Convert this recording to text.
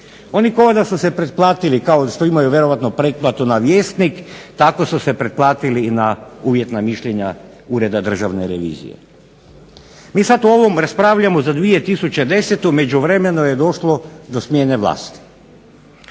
Oni kao da su se pretplatili kao što imaju vjerojatno pretplatu na Vjesnik, tako su se pretplatili na uvjetna mišljenja Ureda državne revizije. Mi sada o ovome raspravljamo za 2010. U međuvremenu je došlo do smjene vlasti.